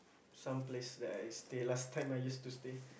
some place that I stay last time I used to stay